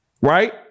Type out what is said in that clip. Right